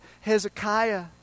Hezekiah